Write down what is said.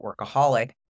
workaholic